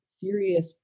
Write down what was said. serious